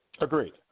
Agreed